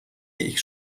ich